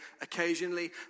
occasionally